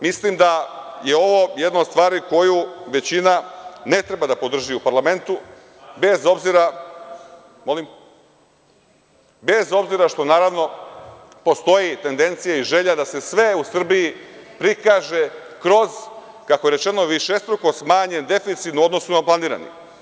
Mislim da je ovo jedna od stvari koju većina ne treba da podrži u parlamentu, bez obzira što naravno postoji tendencija i želja da se sve u Srbiji prikaže kroz, kako je rečeno, višestruko smanjen deficit u odnosu na planirani.